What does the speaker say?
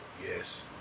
yes